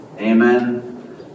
Amen